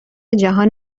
جهان